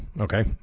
Okay